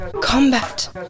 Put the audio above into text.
combat